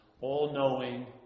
all-knowing